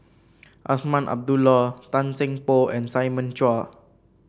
Azman Abdullah Tan Seng Poh and Simon Chua